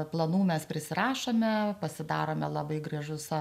planų mes prisirašome pasidarome labai gražius